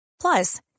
Plus